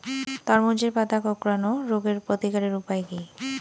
তরমুজের পাতা কোঁকড়ানো রোগের প্রতিকারের উপায় কী?